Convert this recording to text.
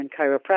chiropractic